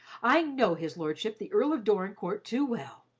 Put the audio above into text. i know his lordship the earl of dorincourt too well,